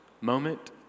moment